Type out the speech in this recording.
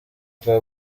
bwa